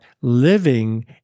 living